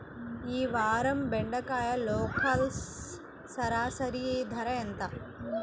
ఈ వారం బెండకాయ లోకల్ సరాసరి ధర ఎంత?